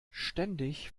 ständig